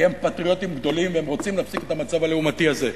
כי הם פטריוטים גדולים והם רוצים להפסיק את המצב הלעומתי הזה,